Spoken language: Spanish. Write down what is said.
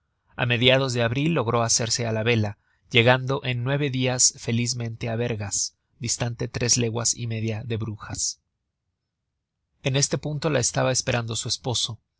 a mediados de abril logró hacerse á la vela llegando en nueve dias felizmente á vergas distante tres leguas y media de brujas en este punto la estaba esperando su esposo